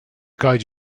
guide